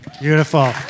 Beautiful